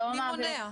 מי מונע?